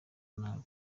nabi